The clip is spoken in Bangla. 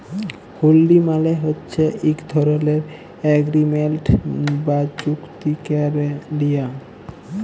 হুল্ডি মালে হছে ইক ধরলের এগ্রিমেল্ট বা চুক্তি ক্যারে লিয়া